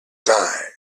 sign